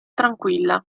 tranquilla